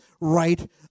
right